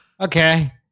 Okay